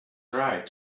right